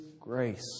grace